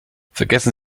vergessen